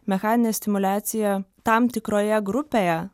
mechaninė stimuliacija tam tikroje grupėje